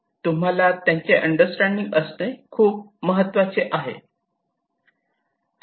तुम्हाला त्याचे अंडरस्टँडिंग असणे हे खूप महत्वाचे आहे